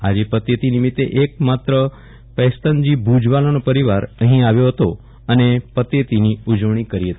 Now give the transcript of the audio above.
આજે પતેતી નિમિત્તે એક માત્ર પૈસ્તનજી ભુજવાળાનો પરીવાર અહીં આવ્યો હતો અને પતેતીની ઉજવણી કરી હતી